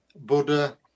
Buddha